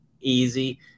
easy